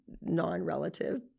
non-relative